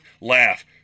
laugh